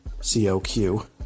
C-O-Q